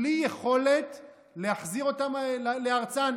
בלי יכולת להחזיר אותן לארצן?